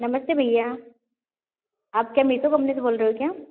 नमस्ते भइया आप क्या मीशो कंपनी से बोल रहे हो क्या